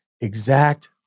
Exact